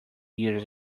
years